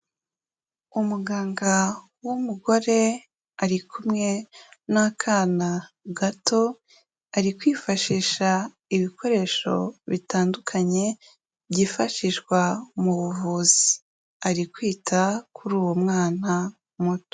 Umuganga w'umugore ari kumwe n'akana gato, ari kwifashisha ibikoresho bitandukanye byifashishwa mu buvuzi. Ari kwita kuri uwo mwana muto.